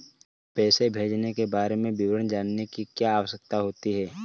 पैसे भेजने के बारे में विवरण जानने की क्या आवश्यकता होती है?